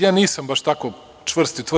Ja nisam baš tako čvrst i tvrd.